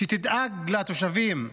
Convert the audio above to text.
שתדאג לתושבים.